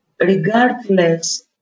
regardless